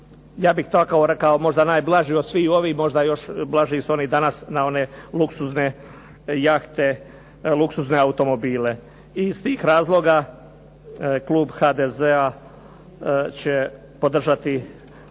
ja bih tako rekao možda najblaži od sviju ovih, možda još blaži s onih danas na one luksuzne jahte, luksuzne automobile. I iz tih razloga klub HDZ-a će podržati